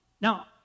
Now